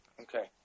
Okay